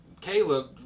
Caleb